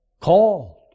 called